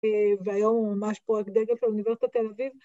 ‫והיום הוא ממש פרוייקט דגל ‫באוניברסיטת תל אביב.